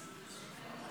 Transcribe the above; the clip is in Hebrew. "משילות".